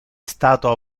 stato